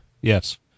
Yes